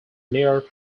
near